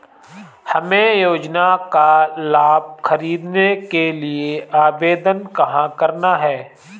हमें योजना का लाभ ख़रीदने के लिए आवेदन कहाँ करना है?